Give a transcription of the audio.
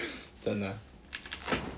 真的 ah